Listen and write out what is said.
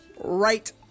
right